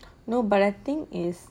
no but I think is